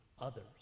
others